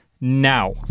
now